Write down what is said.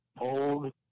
old